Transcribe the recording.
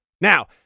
Now